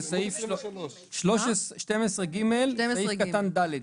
סעיף 12ג, תקנת משנה (ד).